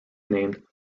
named